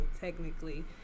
technically